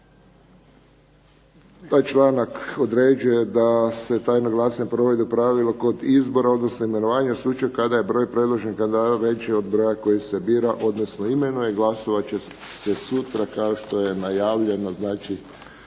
Taj članak određuje da se tajno glasanje provede u pravilu kod izbora, odnosno imenovanja u slučaju kada je broj predloženih kandidata veći od broja koji se bira, odnosno imenuje. Glasovat će se sutra kao što je najavljeno,